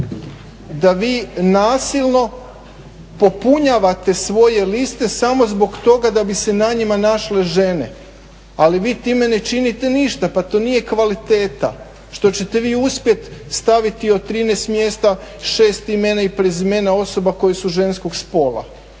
da vi nasilno popunjavate svoje liste samo zbog toga da bi se na njima našle žene. Ali vi time ne činite ništa pa to nije kvaliteta što ćete vi uspjeti staviti od 13 mjesta 6 imena i prezimena osoba koje su ženskog spola.